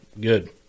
good